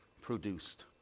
produced